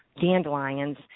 dandelions